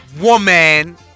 woman